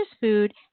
food